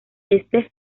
este